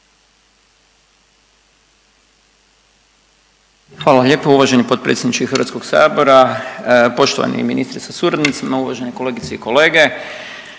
vam lijepo uvaženi potpredsjedniče Hrvatskog sabora. Poštovani ministre sa suradnicima, uvažene kolegice i kolege,